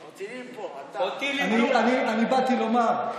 הרציניים פה, אתה, אני באתי לומר,